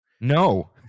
no